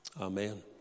Amen